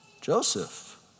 Joseph